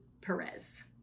Perez